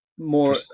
More